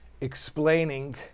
explaining